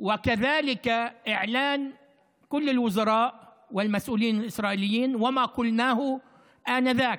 וכך גם פרסום כל השרים והאחראים הישראלים ומה שנאמר בזמנו,